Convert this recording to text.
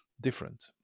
different